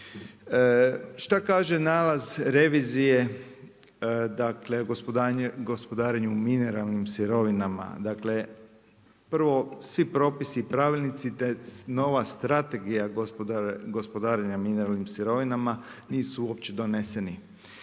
Šta kaže nalaz revizije, dakle, gospodarenje mineralnim sirovinama. Dakle, prvo, svi propisi i pravilnici, te nova strategija gospodarenja mineralnim sirovinama, nisu uopće doneseni.